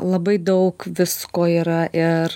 labai daug visko yra ir